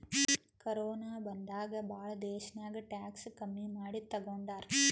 corona ಬಂದಾಗ್ ಭಾಳ ದೇಶ್ನಾಗ್ ಟ್ಯಾಕ್ಸ್ ಕಮ್ಮಿ ಮಾಡಿ ತಗೊಂಡಾರ್